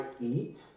eat